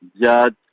judge